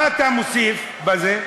מה אתה מוסיף בזה?